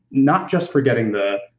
not just for getting the.